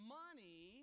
money